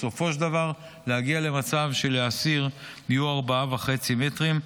בסופו של דבר להגיע למצב שלאסיר יהיו 4.5 מ"ר,